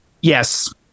Yes